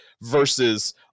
Versus